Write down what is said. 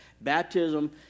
Baptism